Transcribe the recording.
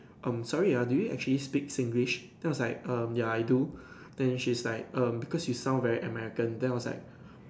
um sorry ah do you actually speak Singlish then I was like um ya I do then she is like um because you sound very American then I was like